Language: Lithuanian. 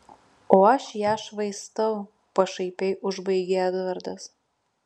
o aš ją švaistau pašaipiai užbaigė edvardas